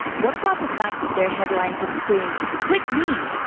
what about the fact that their headlines had screamed click me!